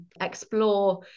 explore